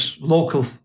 local